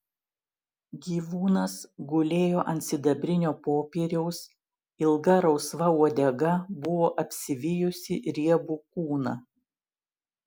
gyvūnas gulėjo ant sidabrinio popieriaus ilga rausva uodega buvo apsivijusi riebų kūną